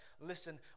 listen